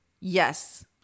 Yes